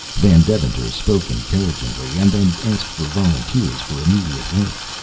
van deventer spoke encouragingly, and then asked for volunteers for immediate work.